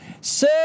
Sir